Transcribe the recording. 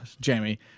Jamie